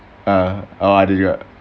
ah ah ada juga